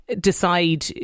Decide